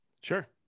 Sure